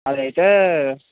అవైతే